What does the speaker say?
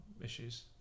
issues